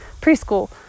preschool